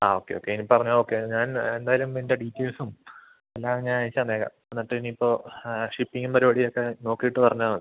ആ okay okay ഇനി പറഞ്ഞോ ഓക്കെ ഞാൻ എന്തായാലും എൻ്റെ ഡീറ്റെയ്ൽസും എല്ലാം ഞാൻ അയച്ചു തന്നേക്കാം എന്നിട്ട് ഇനി ഇപ്പം ഷിപ്പിംഗും പരിപാടിയൊക്കെ നോക്കിയിട്ട് പറഞ്ഞാൽ മതി